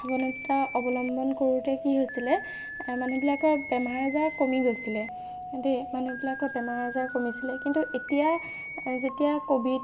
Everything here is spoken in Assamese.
সাৱধানতা অৱলম্বন কৰোঁতে কি হৈছিলে মানুহবিলাকৰ বেমাৰ আজাৰ কমি গৈছিলে দেই মানুহবিলাকৰ বেমাৰ আজাৰ কমিছিলে কিন্তু এতিয়া যেতিয়া ক'ভিড